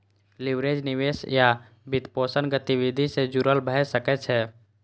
leverage निवेश आ वित्तपोषण गतिविधि सं जुड़ल भए सकै छै